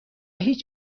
هیچ